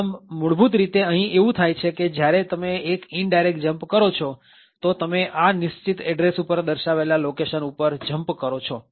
આમ મૂળભૂત રીતે અહી એવું થાય છે કે જયારે તમે એક indirect jump કરો છો તો તમે આ નિશ્ચિત એડ્રેસ ઉપર દર્શાવેલા લોકેશન ઉપર jump કરો છો